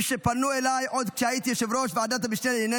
מי שפנו אליי עוד כשהייתי יושב-ראש ועדת המשנה לענייני